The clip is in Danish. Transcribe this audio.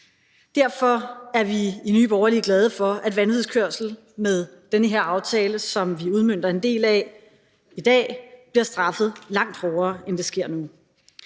Derfor er vi i Nye Borgerlige glade for, at vanvidskørsel med den her aftale, som vi udmønter en del af i dag, bliver straffet langt hårdere, end det sker nu.